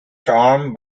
term